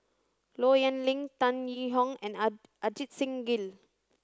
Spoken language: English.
Low Yen Ling Tan Yee Hong and Ajit Singh Gill